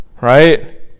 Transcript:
Right